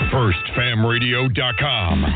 Firstfamradio.com